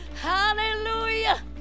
hallelujah